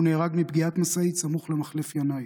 הוא נהרג מפגיעת משאית סמוך למחלף ינאי.